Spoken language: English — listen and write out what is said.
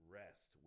rest